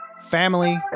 family